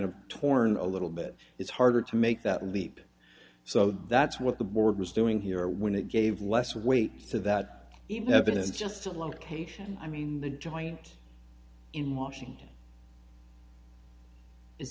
of torn a little bit it's harder to make that leap so that's what the board was doing here when it gave less weight to that in heaven it's just location i mean the joint in washington is